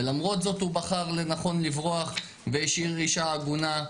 ולמרות זאת הוא בחר לנכון לברוח והשאיר אישה עגונה.